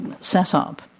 setup